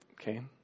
Okay